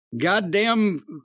goddamn